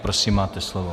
Prosím, máte slovo.